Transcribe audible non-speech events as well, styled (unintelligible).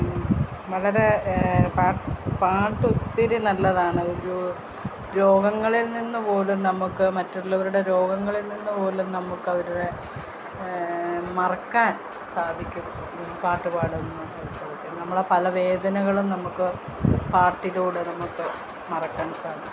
വളരെ പ പാട്ട് ഒത്തിരി നല്ലതാണ് ഒരു രോഗങ്ങളിൽ നിന്നുപോലും നമുക്ക് മറ്റുള്ളവരുടെ രോഗങ്ങളിൽ നിന്നുപോലും നമുക്ക് അവരുടെ മറക്കാൻ സാധിക്കും പാട്ട് പാടും (unintelligible) നമ്മളുടെ പല വേദനകളും നമുക്ക് പാട്ടിലൂടെ നമുക്ക് മറക്കാൻ സാധിക്കും